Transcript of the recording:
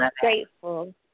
grateful